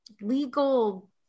legal